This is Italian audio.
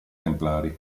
templari